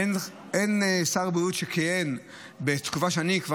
אין שר בריאות שכיהן בתקופה שאני פה,